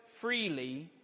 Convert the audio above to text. freely